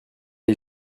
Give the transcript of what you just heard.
est